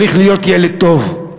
צריך להיות ילד טוב.